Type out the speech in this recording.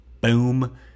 Boom